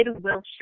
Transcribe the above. Wilshire